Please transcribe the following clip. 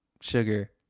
sugar